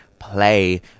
Play